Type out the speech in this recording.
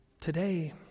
Today